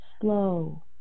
slow